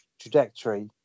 trajectory